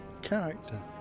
Character